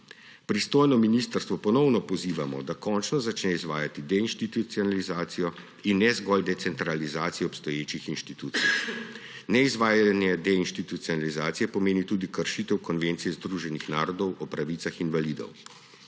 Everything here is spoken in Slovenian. Pristojno ministrstvo ponovno pozivamo, da končno začne izvajati deinstitucionalizacijo in ne zgolj decentralizacije obstoječih institucij. Neizvajanje deinstitucionalizacije pomeni tudi kršitev Konvencije Združenih narodov o pravicah invalidov.